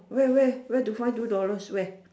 where where where to find two dollars where